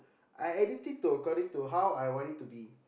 I edit it to according to how I want it to be